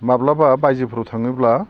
माब्लाबा बायजोफोराव थाङोब्ला